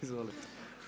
Izvolite.